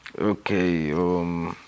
Okay